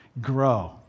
grow